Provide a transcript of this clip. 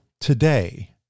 today